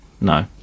No